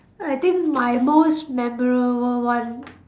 I think my most memorable one